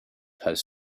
has